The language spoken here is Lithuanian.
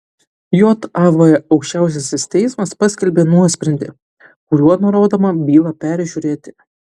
jav aukščiausiasis teismas paskelbė nuosprendį kuriuo nurodoma bylą peržiūrėti